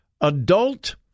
adult